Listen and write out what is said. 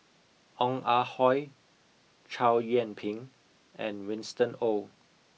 Ong Ah Hoi Chow Yian Ping and Winston Oh